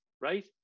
right